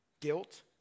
Guilt